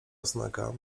oznaka